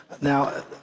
Now